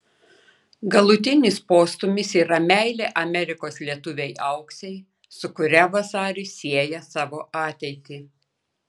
galutinis postūmis yra meilė amerikos lietuvei auksei su kuria vasaris sieja savo ateitį